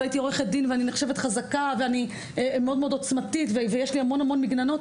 הייתי עו"ד ואני נחשבת חזקה ואני מאוד עוצמתית ויש לי המון מגננות.